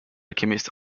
alchemist